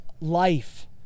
life